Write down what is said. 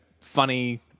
funny